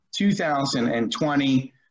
2020